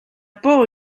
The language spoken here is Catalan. por